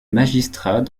magistrat